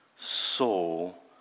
soul